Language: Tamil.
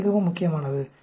அது மிகவும் முக்கியமானது